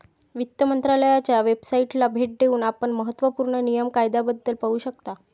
वित्त मंत्रालयाच्या वेबसाइटला भेट देऊन आपण महत्त्व पूर्ण नियम कायद्याबद्दल पाहू शकता